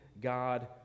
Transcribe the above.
God